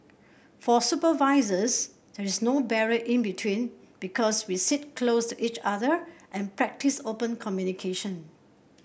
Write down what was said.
for supervisors there is no barrier in between because we sit close to each other and practice open communication